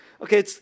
okay